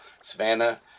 Savannah